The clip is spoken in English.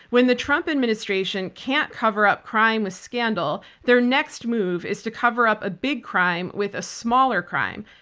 when the trump administration can't cover up crime with scandal, their next move is to cover up a big crime with a smaller crime.